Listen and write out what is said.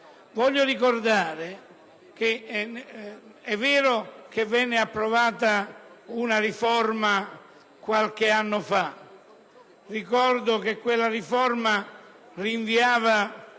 tal proposito, è vero che venne approvata una riforma qualche anno fa. Ricordo che quella riforma rinviava,